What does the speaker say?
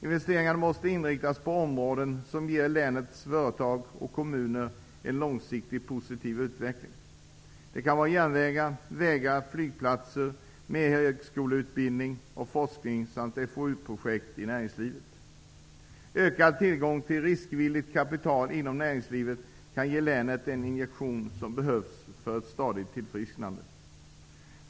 Investeringarna måste inriktas på områden som ger länets företag och kommuner en långsiktig positiv utveckling. Det kan vara järnvägar, vägar, flygplatser, mer högskoleutbildning och forskning samt FoU projekt i näringslivet. Ökad tillgång till riskvilligt kapital inom näringslivet kan ge länet den injektion som behövs för ett stadigt tillfrisknande!